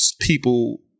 people